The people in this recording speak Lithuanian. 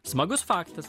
smagus faktas